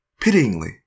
pityingly